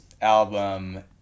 album